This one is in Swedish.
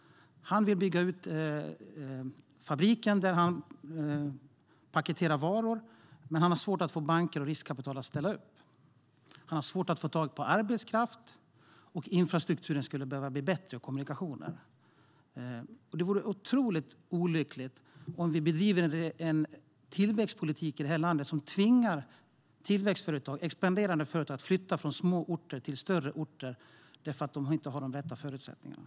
Han vill bygga ut fabriken där han paketerar varor, men han har svårt att få banker och riskkapital att ställa upp. Han har svårt att få tag på arbetskraft, och infrastrukturen och kommunikationer skulle behöva bli bättre. Det vore otroligt olyckligt om vi bedriver en tillväxtpolitik i detta land som tvingar expanderande företag att flytta från små orter till större orter för att de inte har de rätta förutsättningarna.